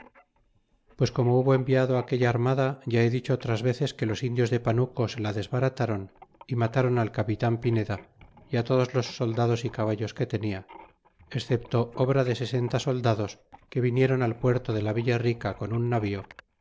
pues como hubo enviado aquella armada ya he dicho otras veces que los indios de panuco se la desbarataron y mataron al capitan pineda y todos los soldados y caballos que tenia excepto obra de sesenta soldados que vinieron al puerto de la villa rica con un navío